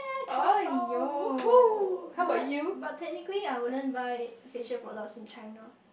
!aiyo! but but technically I wouldn't buy facial product in China